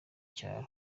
cyaro